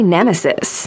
Nemesis